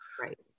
right